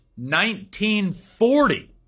1940